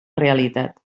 realitat